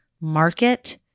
market